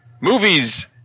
Movies